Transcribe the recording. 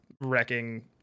wrecking